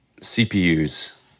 CPUs